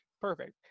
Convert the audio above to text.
Perfect